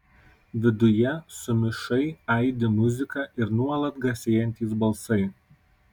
viduje sumišai aidi muzika ir nuolat garsėjantys balsai